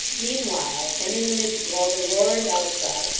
meanwhile, and in the midst of all the roar and outcry,